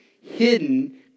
hidden